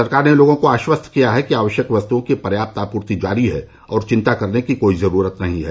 सरकार ने लोगों को आश्वस्त किया है कि आवश्यक वस्तुओं की पर्याप्त आपूर्ति जारी है और चिंता करने की कोई जरूरत नहीं है